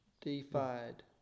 defied